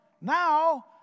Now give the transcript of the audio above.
now